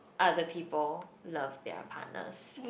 are the people love their partners